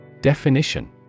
Definition